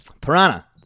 Piranha